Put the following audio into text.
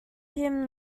him